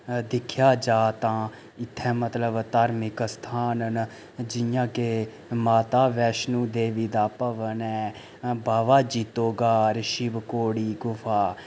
दिक्खेआ जा तां इत्थें मतलब धार्मिक स्थान न जियां के माता वैष्णो देवी दा भवन ऐ बावा जित्तो घार शिवखोड़ी गुफा